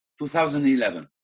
2011